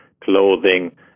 clothing